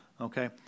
Okay